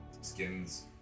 Skins